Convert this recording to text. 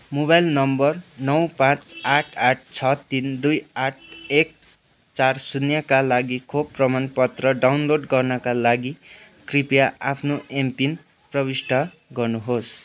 mobile number नौ पाँच आठ आठ छ तिन दुई आठ एक चार शून्यका लागि खोप प्रमाणपत्र डाउनलोड गर्नाका लागि कृपया आफ्नो एमपिन प्रविष्ट गर्नुहोस्